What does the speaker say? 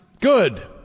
Good